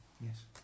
yes